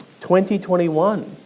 2021